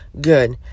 good